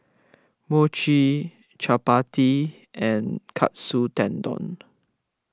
Mochi Chapati and Katsu Tendon